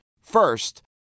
First